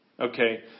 Okay